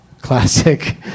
Classic